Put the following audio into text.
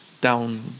down